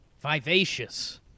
Vivacious